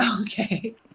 Okay